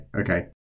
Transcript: Okay